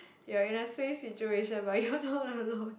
you're in a suay situation but you're not alone